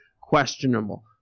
questionable